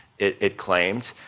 it it claimed,